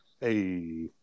Hey